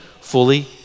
fully